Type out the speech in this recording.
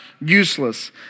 useless